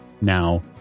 now